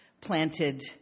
planted